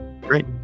Great